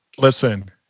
Listen